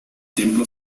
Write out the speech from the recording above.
templo